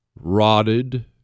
rotted